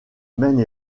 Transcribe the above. maine